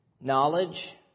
knowledge